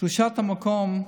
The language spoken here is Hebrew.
קדושת המקום,